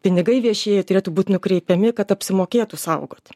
pinigai vieši jie turėtų būti nukreipiami kad apsimokėtų saugoti